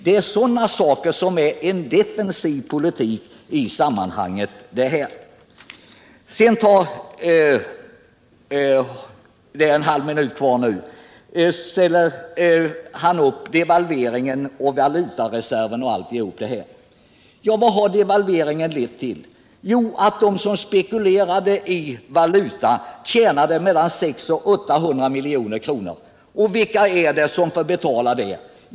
Det är sådana saker som är en defensiv politik i detta sammanhang. Jag har nu en halv minut kvar av min replik. Jan-Ivan Nilsson tar vidare upp frågorna om devalveringen, valutareserven osv. Ja, vad har devalveringen lett till? Jo, till att de som spekulerade i valutor tjänade mellan 600 och 800 milj.kr. Och vilka får betala detta?